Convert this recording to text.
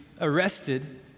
arrested